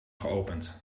geopend